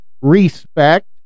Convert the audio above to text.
respect